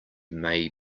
may